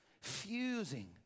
fusing